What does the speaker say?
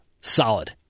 solid